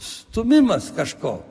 stūmimas kažko